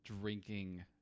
drinking